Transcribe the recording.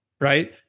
Right